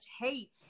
hate